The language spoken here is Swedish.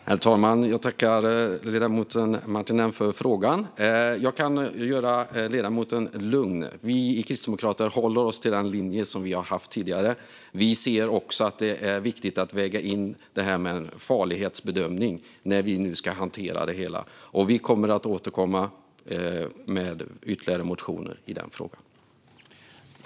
Herr talman! Jag tackar ledamoten Marttinen för frågan, och jag kan göra ledamoten lugn: Vi i Kristdemokraterna håller oss till den linje som vi har haft tidigare. Vi ser också att det är viktigt att väga in det här med farlighetsbedömning när vi nu ska hantera det hela. Vi kommer att återkomma med ytterligare motioner i den frågan.